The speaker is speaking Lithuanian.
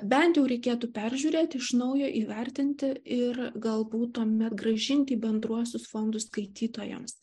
bent jau reikėtų peržiūrėti iš naujo įvertinti ir galbūt tuomet grąžinti į bendruosius fondus skaitytojams